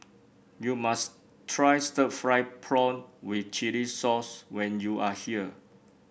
you must try stir fry prawn with Chili Sauce when you are here